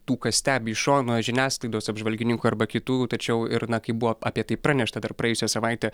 tų kas stebi iš šono žiniasklaidos apžvalgininkų arba kitų tačiau ir na kaip buvo apie tai pranešta dar praėjusią savaitę